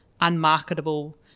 unmarketable